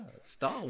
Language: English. Star